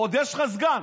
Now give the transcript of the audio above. ועוד יש לך סגן,